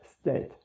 state